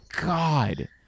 God